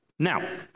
Now